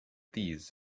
these